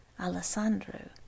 alessandro